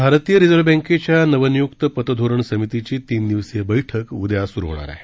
भारतीय रिझर्व्ह बँकेच्या नवनियुक्त पतधोरण समितीची तीन दिवसीय बैठक उद्या स्रु होणार आहे